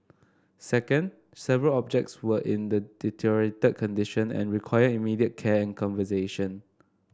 second several objects were in the deteriorated condition and required immediate care and conservation